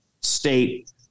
state